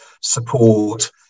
support